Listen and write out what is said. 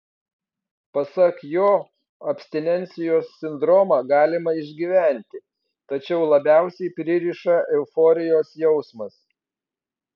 pasak jo abstinencijos sindromą galima išgyventi tačiau labiausiai pririša euforijos jausmas